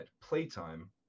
playtime